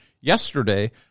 yesterday